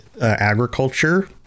agriculture